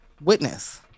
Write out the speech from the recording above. witness